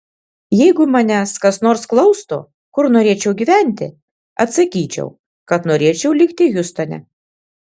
jeigu manęs kas nors klaustų kur norėčiau gyventi atsakyčiau kad norėčiau likti hjustone